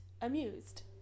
amused